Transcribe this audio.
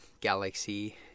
galaxy